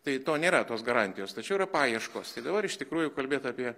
tai to nėra tos garantijos tačiau yra paieškos tai dabar iš tikrųjų kalbėt apie